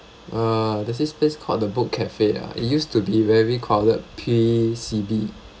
uh there's this place called the book cafe ah it used to be very crowded pre C_B